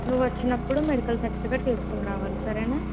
నువ్వు వచ్చినప్పుడు medical certificate తీసుకుని రావాలి సరేనా